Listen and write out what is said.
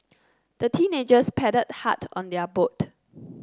the teenagers paddled hard on their boat